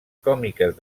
còmiques